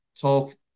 talk